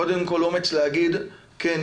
קודם כל אומץ להגיד שכן,